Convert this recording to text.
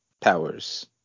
powers